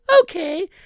Okay